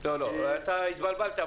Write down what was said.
היא --- התבלבלת.